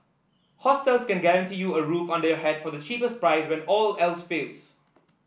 hostels can guarantee you a roof under your head for the cheapest price when all else fails